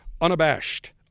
unabashed